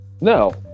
No